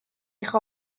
eich